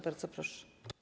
Bardzo proszę.